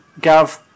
Gav